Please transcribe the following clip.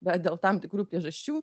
bet dėl tam tikrų priežasčių